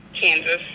Kansas